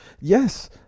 yes